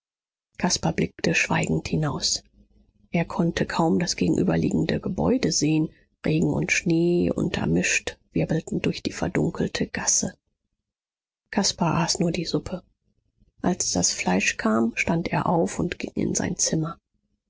blickte schweigend hinaus er konnte kaum das gegenüberliegende gebäude sehen regen und schnee untermischt wirbelten durch die verdunkelte gasse caspar aß nur die suppe als das fleisch kam stand er auf und ging in sein zimmer